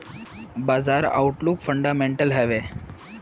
बाजार outlook fundamental हैवै?